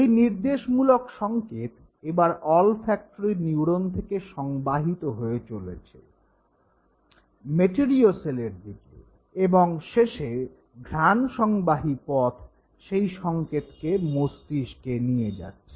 এই নির্দেশমূলক সঙ্কেত এবার অলফ্যাক্টরি নিউরোন থেকে সংবাহিত হয়ে চলেছে মেটেরিও সেলের দিকে এবং শেষে ঘ্রাণসংবাহী পথ সেই সঙ্কেতকে মস্তিষ্কে নিয়ে যাচ্ছে